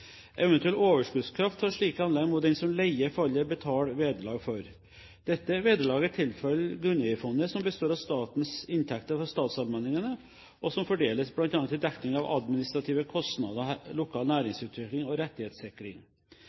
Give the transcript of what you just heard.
Eventuell overskuddskraft fra slike anlegg må den som leier fallet, betale vederlag for. Dette vederlaget tilfaller grunneierfondet, som består av statens inntekter fra statsallmenningene, og som fordeles bl.a. til dekning av administrative kostnader, lokal næringsutvikling og rettighetssikring.